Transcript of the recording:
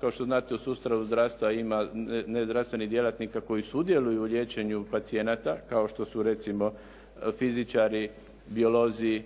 Kao što znate u sustavu zdravstva ima nezdravstvenih djelatnika koji sudjeluju u liječenju pacijenata kao što su recimo fizičari, biolozi,